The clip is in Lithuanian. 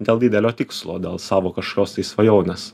dėl didelio tikslo dėl savo kažkokios tai svajonės